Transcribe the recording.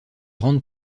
rendent